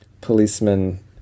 policeman